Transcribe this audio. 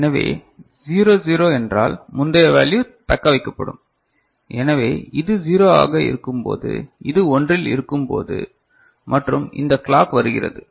எனவே 0 0 என்றால் முந்தைய வேல்யு தக்கவைக்கப்படும் எனவே இது 0 ஆக இருக்கும்போது இது 1 இல் இருக்கும் போது மற்றும் இந்த கிளாக் வருகிறது